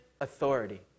authority